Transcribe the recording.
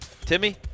Timmy